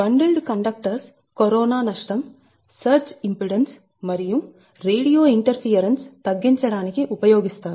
bundled conductors corona నష్టం surge impedance మరియు radio interference తగ్గించడానికి ఉపయోగిస్తారు